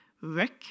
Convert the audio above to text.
Rick